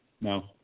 No